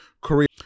career